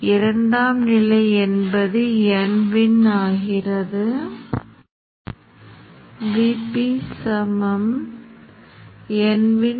மேலும் இது அனைத்து உருவகப்படுத்துதல்களுக்கும் நாம் செய்து வரும் பைய்ஸ் உள்ளடக்கம் மற்றும் நான் edt01